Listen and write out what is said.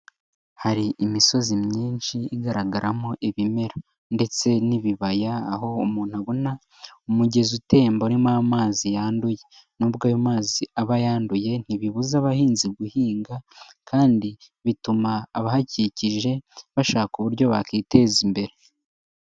Hari imisozi myinshi igaragaramo ibimera ndetse n'ibibaya, aho umuntu abona umugezi utemba urimo amazi yanduye. Nubwo ayo mazi aba yanduye ntibibuza abahinzi guhinga kandi bituma abahakikije bashaka uburyo bakwiteza imbere.